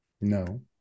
No